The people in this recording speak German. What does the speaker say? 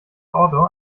auto